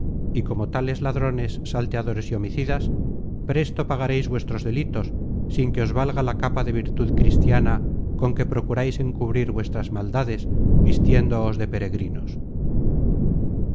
y como tales ladrones salteadores y homicidas presto pagareis vuestros delitos sin que os valga la capa de virtud cristiana con que procurais encubrir vuestras maldades vistiéndoos de peregrinos